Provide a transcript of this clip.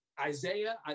Isaiah